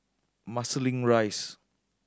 Marsiling Rise